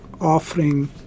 offering